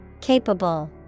Capable